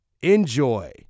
Enjoy